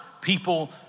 people